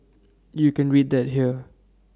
you can read that here